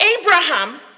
Abraham